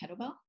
kettlebell